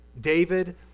David